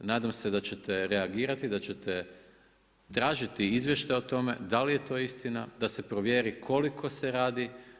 Nadam se da ćete reagirati i da ćete tražiti izvještaj o tome da li je to istina da se provjeri koliko se radi.